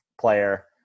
player